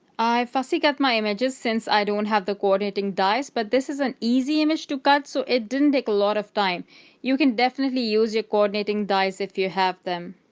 i fussy cut my images since i don't have the coordinating dies but this is an easy image to cut so it didn't take a lot of time. you can definitely use your coordinating dies if you have them.